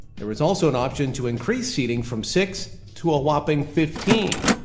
there was also an option to increase seating from six to a whopping fifteen.